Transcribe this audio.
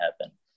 happen